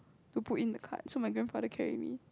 to put in the card so my grandfather carry me